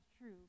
true